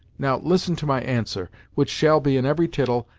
now, listen to my answer, which shall be, in every tittle,